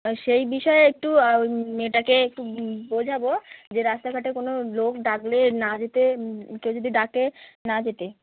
হ্যাঁ সেই বিষয়ে একটু আ ওই মেয়েটাকে একটু বোঝাবো যে রাস্তাঘাটে কোনো লোক ডাকলে না যেতে কেউ যদি ডাকে না যেতে